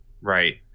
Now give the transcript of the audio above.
Right